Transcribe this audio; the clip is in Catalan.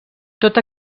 tota